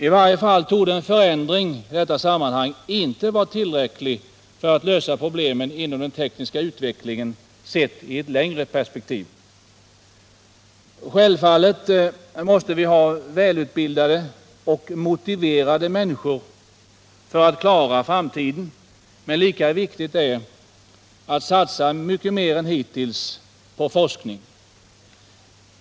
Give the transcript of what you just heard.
I varje fall torde en förändring i detta sammanhang inte vara tillräcklig för att lösa problemen inom den tekniska utvecklingen sett i ett längre perspektiv. Självfallet måste vi ha välutbildade och motiverade människor för att klara framtiden, men lika viktigt är att satsa mycket mer än hittills på forskning.